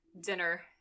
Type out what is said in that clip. dinner